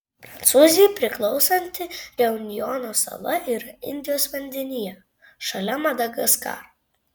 prancūzijai priklausanti reunjono sala yra indijos vandenyje šalia madagaskaro